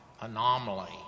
anomaly